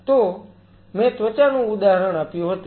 તો મેં ત્વચાનું ઉદાહરણ આપ્યું હતું